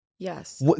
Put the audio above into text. Yes